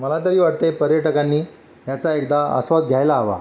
मला तरी वाटते पर्यटकांनी ह्याचा एकदा आस्वाद घ्यायला हवा